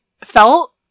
felt